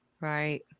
Right